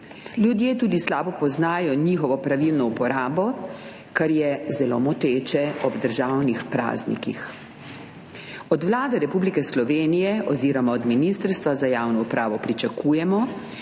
Ljudje slabo poznajo tudi njihovo pravilno uporabo, kar je zelo moteče ob državnih praznikih. Od Vlade Republike Slovenije oziroma od Ministrstva za javno upravo pričakujemo,